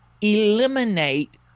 eliminate